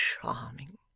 charming